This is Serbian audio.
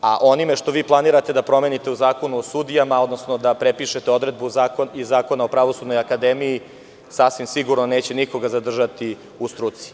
a onim što vi planirate da promenite u Zakonu o sudijama, odnosno da prepišete odredbu iz Zakona o Pravosudnoj akademiji, sasvim sigurno neće nikoga zadržati u struci.